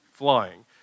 Flying